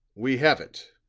we have it,